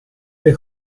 the